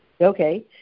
Okay